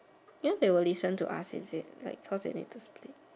then they will listen to us is it like cause they need to split